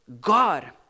God